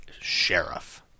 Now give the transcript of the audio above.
sheriff